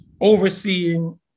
overseeing